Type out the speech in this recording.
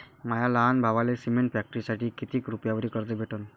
माया लहान भावाले सिमेंट फॅक्टरीसाठी कितीक रुपयावरी कर्ज भेटनं?